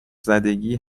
زدگی